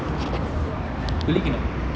குளிக்கணும்:kulikkanum